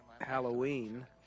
halloween